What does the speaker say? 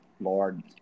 Lord